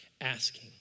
asking